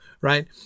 right